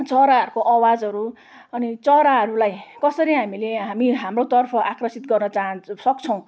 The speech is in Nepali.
चराहरूको अवाजहरू अनि चराहरूलाई कसरी हामीले हामी हाम्रो तर्फ आकर्षित गर्न चाहन्छौँ सक्छौँ